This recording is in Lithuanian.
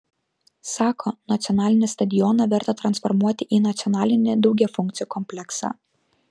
sako nacionalinį stadioną verta transformuoti į nacionalinį daugiafunkcį kompleksą